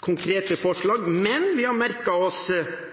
konkrete forslag, men vi har merket oss